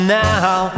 now